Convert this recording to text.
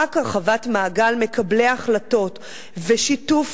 רק הרחבת מעגל מקבלי ההחלטות ושיתוף